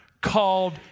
called